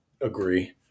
Agree